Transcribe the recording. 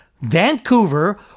Vancouver